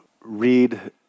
read